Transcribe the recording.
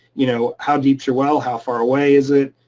you know how deep is your well, how far away is it?